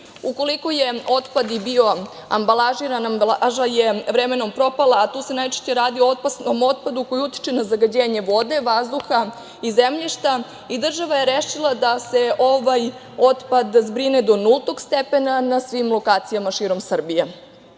Ukoliko je otpad i bio ambalažiran ambalaža je vremenom propala, a tu se najčešće radi o opasnom otpadu koji utiče na zagađenje vode, vazduha i zemljišta i država je rešila da se ovaj otpad zbrine do nultog stepena na svim lokacijama širom Srbije.U